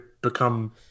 become